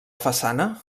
façana